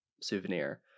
souvenir